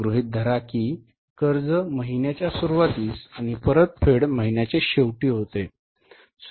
गृहित धरा की कर्ज महिन्याच्या सुरूवातीस आणि परतफेड महिन्याच्या शेवटी होते